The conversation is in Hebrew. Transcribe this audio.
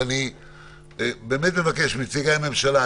ואני באמת מבקש מנציגי הממשלה,